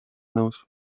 nõus